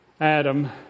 Adam